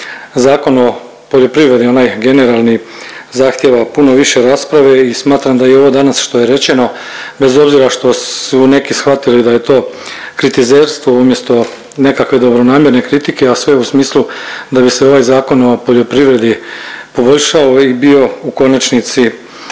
Zakon o poljoprivredi onaj generalni zahtijeva puno više rasprave i smatram da i ovo danas što je rečeno bez obzira što su neki shvatili da je to kritizerstvo umjesto neke dobronamjerne kritike, a sve u smislu da bi se ovaj Zakon o poljoprivredi poboljšao i bio u konačnici